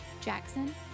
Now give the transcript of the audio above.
Jackson